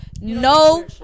no